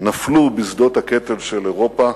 נפלו בשדות הקטל של אירופה